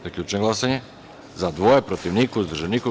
Zaključujem glasanje: za – dva, protiv – niko, uzdržan – niko.